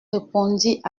répondit